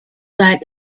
that